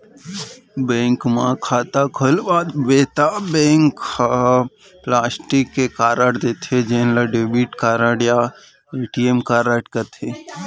bank म खाता खोलवाबे त बैंक ह प्लास्टिक के कारड देथे जेन ल डेबिट कारड या ए.टी.एम कारड कथें